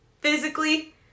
physically